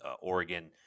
Oregon